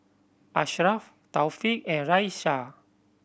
Ashraf Taufik and Raisya